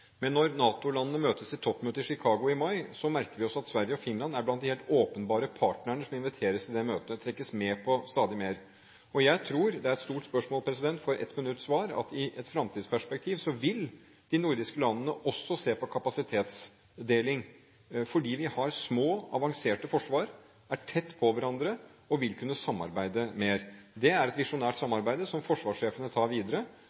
Men når NATO-landene møtes til toppmøte i Chicago i mai, merker vi oss at Sverige og Finland er blant de helt åpenbare partnerne som inviteres til det møtet. De trekkes med på stadig mer. Jeg tror – det er et stort spørsmål for et 1 minutts svar – at i et fremtidsperspektiv vil de nordiske landene også se på kapasitetsdeling, fordi vi har små, avanserte forsvar, er tett på hverandre og vil kunne samarbeide mer. Det er et visjonært samarbeid, som forsvarssjefene tar videre.